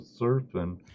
surfing